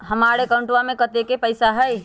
हमार अकाउंटवा में कतेइक पैसा हई?